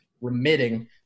remitting